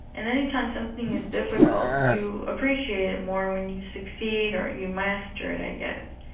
and any time something is difficult, you appreciate more when you succeed or you master it, i guess.